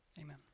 Amen